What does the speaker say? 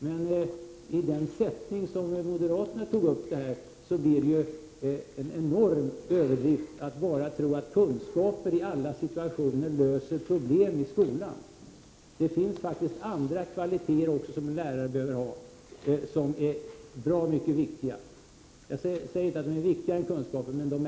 Men i den sättning som moderaterna tar upp saken överdriver de enormt och säger att enbart kunskaper löser skolans problem i alla situationer. Lärare behöver faktiskt ha också andra kvaliteter som är nog så viktiga. Jag har därmed inte sagt att de är viktigare än kunskaper.